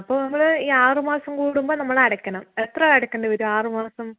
അപ്പോൾ നമ്മള് ഈ ആറ് മാസം കൂടുമ്പോൾ നമ്മള് അടക്കണം എത്ര അടക്കേണ്ടി വരും ആറ് മാസം